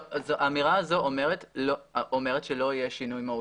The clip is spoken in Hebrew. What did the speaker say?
האמירה הזאת אומרת שלא יהיה שינוי מהותי.